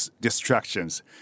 distractions